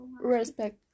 Respect